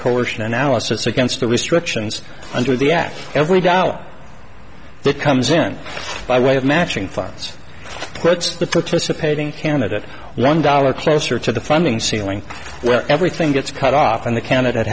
coercion analysis against the restrictions under the act every dollar that comes in by way of matching funds puts the focus of paving candidate one dollar closer to the funding ceiling where everything gets cut off and the candidate